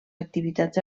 activitats